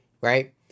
Right